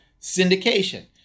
syndication